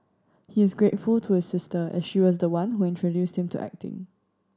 he is grateful to his sister as she was the one who introduced him to acting